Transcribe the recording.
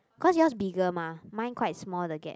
cause yours bigger mah mine quite small the gap